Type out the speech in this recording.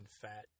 fat